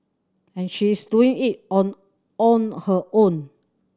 and she is doing it on on her own